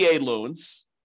loans